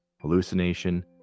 hallucination